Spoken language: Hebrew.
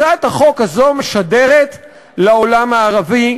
הצעת החוק הזאת משדרת לעולם הערבי,